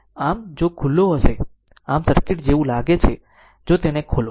આમ જો ખુલ્લો હશે આમ સર્કિટ જેવું લાગે છે જો તેને ખોલો